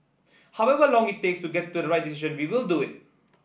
however long it takes to get to the right decision we will do it